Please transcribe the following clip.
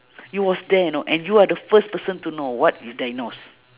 you was there you know and you are the first person to know what you diagnose